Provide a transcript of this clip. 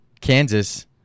Kansas